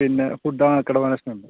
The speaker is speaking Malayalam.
പിന്നെ ഫുഡ് ആൻഡ് ആക്കോമോഡേഷൻ ഉണ്ട്